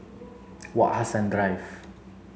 Wak Hassan